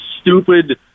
stupid